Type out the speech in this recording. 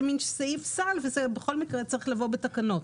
זה סעיף סל ובכל מקרה זה צריך לבוא בתקנות.